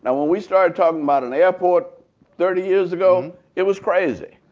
and when we started talking about an airport thirty years ago, it was crazy.